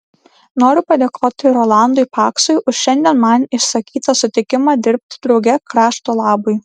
noriu padėkoti rolandui paksui už šiandien man išsakytą sutikimą dirbti drauge krašto labui